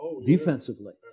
Defensively